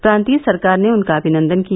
प्रांतीय सरकार ने उनका अभिनंदन किया